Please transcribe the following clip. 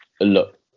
look